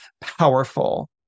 powerful